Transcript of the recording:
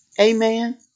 Amen